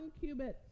cubits